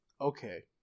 Okay